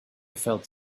felt